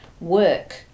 work